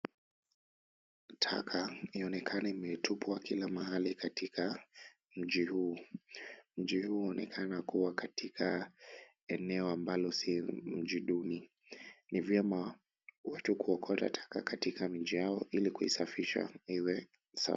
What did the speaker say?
Taka inaonekana imetupwa kila mahali katika mji huu, mji huu unaonekana kuwa katika eneo ambalo si duni, ni vyema watu kuokota taka katika miji yao ili kuisafisha iwe sawa.